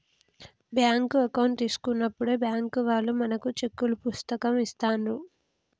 bank account తీసుకున్నప్పుడే bank వాళ్ళు మనకు చెక్కుల పుస్తకం ఇస్తాండ్రు